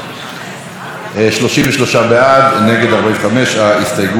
33 בעד, נגד, 45. ההסתייגות לא התקבלה.